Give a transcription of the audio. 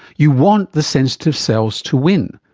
you want the sensitive cells to win,